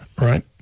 Right